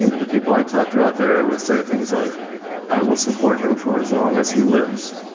you know, the people i talked to out there would say things like i will support him for as long as he lives.